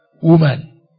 Woman